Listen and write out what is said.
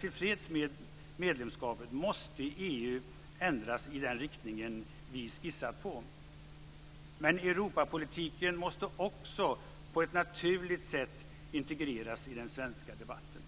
tillfreds med medlemskapet måste EU ändras i den riktning vi skissat på. Europapolitiken måste också på ett naturligt sätt integreras i den svenska debatten.